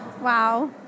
Wow